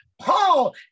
Paul